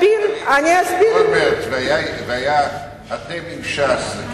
אולמרט, והיה אתם עם ש"ס.